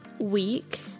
week